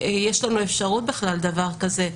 שיש לנו אפשרות בכלל לדבר כזה.